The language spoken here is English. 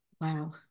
Wow